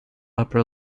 upper